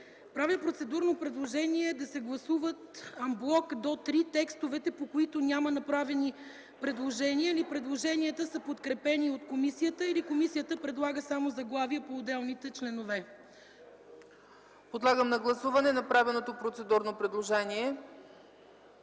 правя процедурно предложение да се гласуват ан блок до три текстовете, по които няма направени предложения или предложенията са подкрепени от комисията, или комисията предлага само заглавие по отделните членове. ПРЕДСЕДАТЕЛ ЦЕЦКА ЦАЧЕВА: Подлагам на гласуване направеното процедурно предложение.